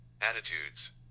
attitudes